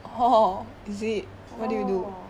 !hey! !hey! !hey! 我每次做善事的 okay